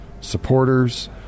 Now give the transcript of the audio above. supporters